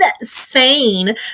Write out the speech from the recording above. insane